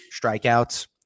strikeouts